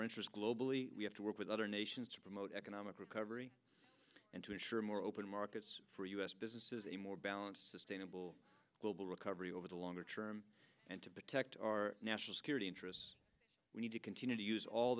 our interests globally we have to work with other nations to promote economic recovery and to ensure more open markets for u s businesses a more balanced sustainable global recovery over the longer term and to protect our national security interests we need to continue to use all